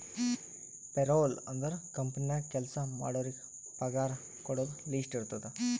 payroll ಅಂದುರ್ company ನಾಗ್ ಕೆಲ್ಸಾ ಮಾಡೋರಿಗ ಪಗಾರ ಕೊಡೋದು ಲಿಸ್ಟ್ ಇರ್ತುದ್